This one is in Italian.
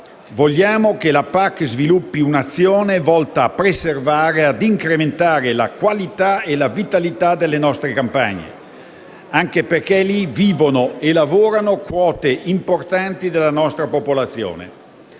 Vogliamo che la PAC sviluppi un'azione volta a preservare e a incrementare la qualità e la vitalità delle nostre campagne, anche perché vi vivono e lavorano quote importanti della nostra popolazione.